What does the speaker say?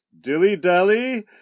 Dilly-dally